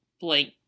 blank